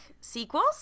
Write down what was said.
Sequels